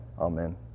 amen